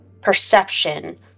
perception